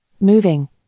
moving